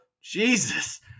Jesus